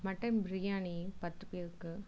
mutton biryani பத்துப்பேருக்கு